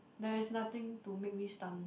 there is nothing to make me stun